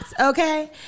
Okay